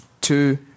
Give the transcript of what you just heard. two